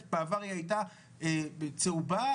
בעבר היא הייתה צהובה,